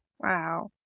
Wow